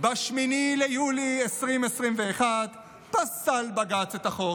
ב-8 ביולי 2021 פסל בג"ץ את החוק